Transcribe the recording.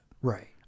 Right